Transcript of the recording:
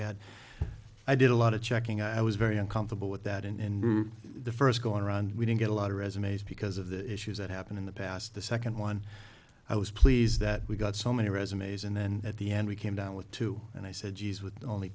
had i did a lot of checking i was very uncomfortable with that in the first go round we didn't get a lot of resumes because of the issues that happened in the past the second one i was pleased that we got so many resumes and then at the end we came down with two and i said je